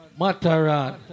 Mataran